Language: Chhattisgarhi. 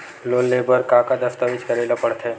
लोन ले बर का का दस्तावेज करेला पड़थे?